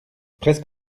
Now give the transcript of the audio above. presque